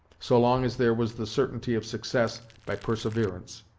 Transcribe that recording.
so long as there was the certainty of success by perseverance.